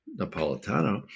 Napolitano